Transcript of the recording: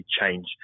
change